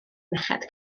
merched